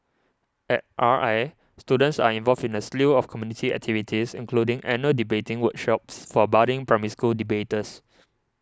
at R I students are involved in a slew of community activities including annual debating workshops for budding Primary School debaters